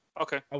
Okay